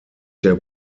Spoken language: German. der